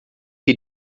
que